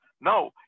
No